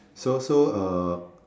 so so uh